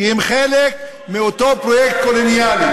כי הם חלק מאותו פרויקט קולוניאלי.